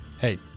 Hey